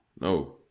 No